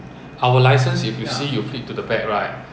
in the past there is such a ruling